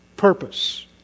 purpose